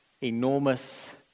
enormous